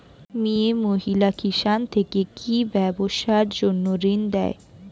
মিয়ে মহিলা কিষান থেকে কি ব্যবসার জন্য ঋন দেয়?